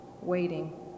waiting